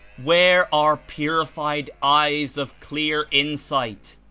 where are purified eyes of clear insight?